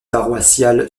paroissiale